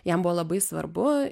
jam buvo labai svarbu